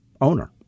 owner